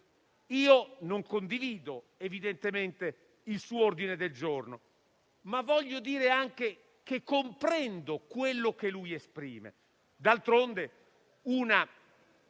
Non condivido evidentemente il suo ordine del giorno, ma voglio anche dire che comprendo quello che egli esprime. D'altronde, una